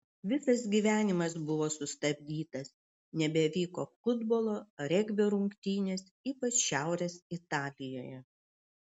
visas gyvenimas buvo sustabdytas nebevyko futbolo regbio rungtynės ypač šiaurės italijoje